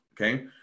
okay